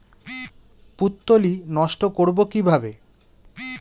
পুত্তলি নষ্ট করব কিভাবে?